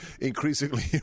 increasingly